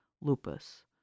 lupus